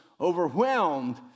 overwhelmed